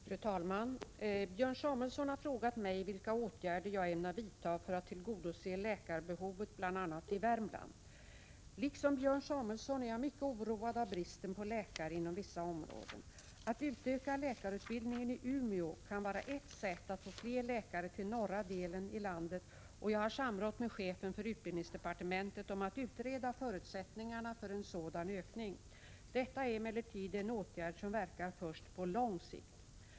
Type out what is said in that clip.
Fru talman! Björn Samuelson har frågat mig vilka åtgärder jag ämnar vidta för att tillgodose läkarbehovet i bl.a. Värmland. Liksom Björn Samuelson är jag mycket oroad över bristen på läkare inom vissa områden. Att utöka läkarutbildningen i Umeå kan vara ett sätt att få fler läkare till norra delen av landet, och jag har samrått med chefen för utbildningsdepartementet om att utreda förutsättningarna för en sådan ökning. Detta är emellertid en åtgärd som verkar först på lång sikt.